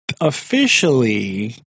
officially